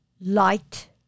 Light